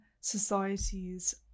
societies